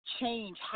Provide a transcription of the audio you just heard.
change